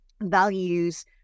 values